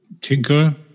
tinker